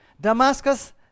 Damascus